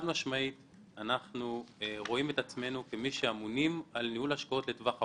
אנחנו רואים את עצמנו כמי שאמונים על ניהול השקעות לטווח ארוך.